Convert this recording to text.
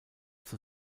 zur